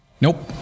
Nope